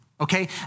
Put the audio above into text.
Okay